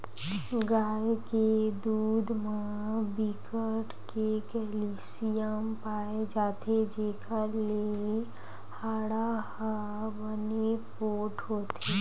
गाय के दूद म बिकट के केल्सियम पाए जाथे जेखर ले हाड़ा ह बने पोठ होथे